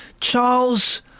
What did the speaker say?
Charles